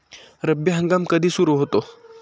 रब्बी हंगाम कधी सुरू होतो?